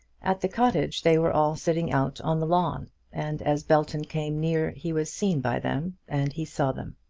at the cottage they were all sitting out on the lawn and as belton came near he was seen by them, and he saw them.